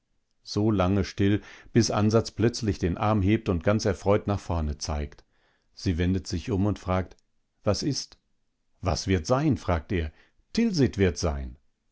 so lange still bis ansas plötzlich den arm hebt und ganz erfreut nach vorne zeigt sie wendet sich um und fragt was ist was wird sein sagt er tilsit wird sein